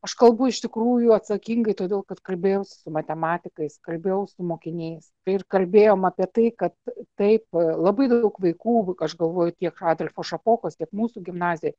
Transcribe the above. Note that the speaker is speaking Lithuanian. aš kalbu iš tikrųjų atsakingai todėl kad kalbėjausi su matematikais kalbėjau su mokiniais ir kalbėjom apie tai kad taip labai daug vaikų aš galvoju tiek adolfo šapokos tiek mūsų gimnazijoj